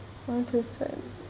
why choose that